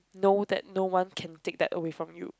no that no one can take that away from you